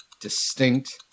distinct